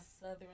southern